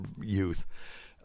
youth